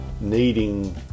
needing